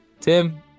Tim